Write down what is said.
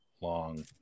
long